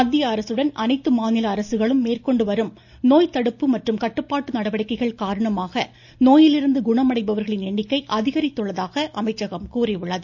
மத்திய அரசுடன் அனைத்து மாநில அரசுகளும் மேற்கொண்டுவரும் நோய் தடுப்பு மற்றும் கட்டுப்பாட்டு நடவடிக்கைகள் காரணமாக நோயிலிருந்து குணமடைபவர்களின் எண்ணிக்கை அதிகரித்துள்ளதாக அமைச்சகம் கூறியுள்ளது